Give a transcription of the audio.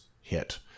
hit